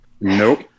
Nope